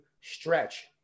stretch